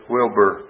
Wilbur